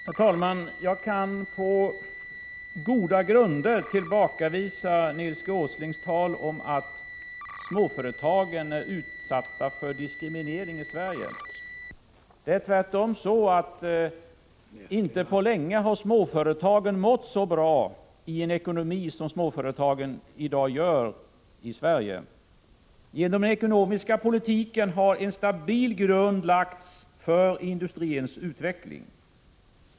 Herr talman! Jag kan på goda grunder tillbakavisa Nils G. Åslings tal om att småföretagen är utsatta för diskriminering i Sverige. Det är tvärtom så att småföretagen inte på länge har mått så bra i en ekonomi som de gör i dag i Sverige. Genom den ekonomiska politiken har en stabil grund lagts för industrins utveckling.